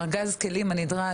ארגז הכלים הנדרש,